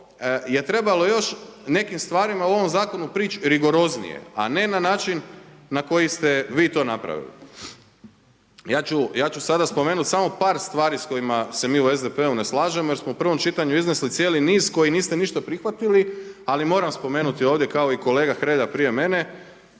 je trebalo još o nekim stvarima u ovom zakonu prići rigoroznije, a ne na način na koji ste vi to napravili. Ja ću sada spomenut samo par stvari s kojima se mi u SDP-u ne slažemo jer smo u prvom čitanju iznijeli cijeli niz koji niste ništa prihvatili, ali moram spomenuti ovdje kao i kolega Hrelja prije mene.